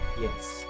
Yes